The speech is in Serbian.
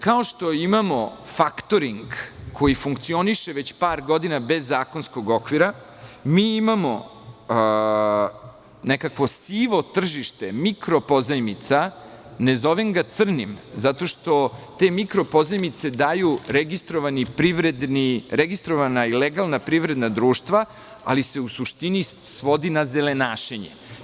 Kao što imamo faktoring koji funkcioniše već par godina bez zakonskog okvira, imamo nekakvo sivo tržište mikro pozajmica, ne zovem ga crnim zato što te mikro pozajmice daju registrovana i legalna privredna društva, ali se u suštini svodi na zelenašenje.